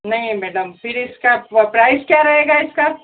नहीं मैडम फिर इसका प्राइज़ क्या रहेगा इसका